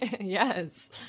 Yes